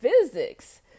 physics